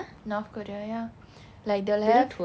north korea ya like they will have